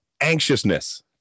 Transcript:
anxiousness